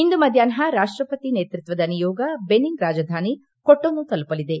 ಇಂದು ಮಧ್ಯಾಹ್ನ ರಾಷ್ಟಪತಿ ನೇತೃತ್ವದ ನಿಯೋಗ ಬೆನಿನ್ ರಾಜಧಾನಿ ಕೊಟೊನು ತಲುಪಲಿದೆ